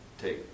take